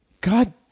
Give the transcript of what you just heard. God